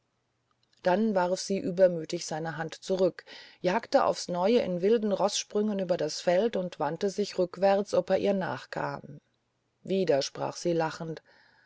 dann warf sie übermütig seine hand zurück jagte aufs neue in wilden roßsprüngen über das feld und wandte sich rückwärts ob er ihr nachkam und wieder sprach sie lachend